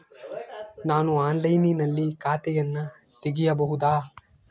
ನಾನು ಆನ್ಲೈನಿನಲ್ಲಿ ಖಾತೆಯನ್ನ ತೆಗೆಯಬಹುದಾ?